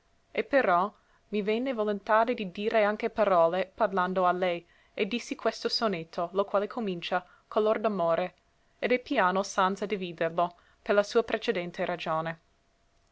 e però mi venne volontade di dire anche parole parlando a lei e dissi questo sonetto lo quale comincia color d'amore ed è piano sanza dividerlo per la sua precedente ragione